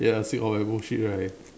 ya see all my bull shit right